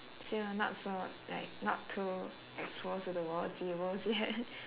so you're not so like not too exposed to the world's evils yet